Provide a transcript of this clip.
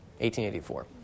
1884